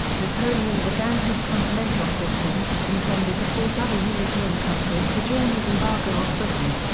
napoleon began his continental system, intended to force other european countries to join his embargo of britain.